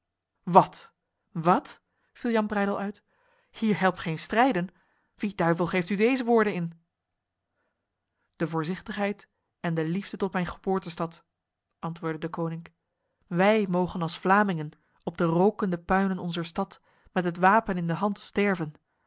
wat wat viel jan breydel uit hier helpt geen strijden wie duivel geeft u deze woorden in de voorzichtigheid en de liefde tot mijn geboortestad antwoordde deconinck wij mogen als vlamingen op de rokende puinen onzer stad met het wapen in de hand sterven